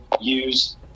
use